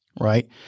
Right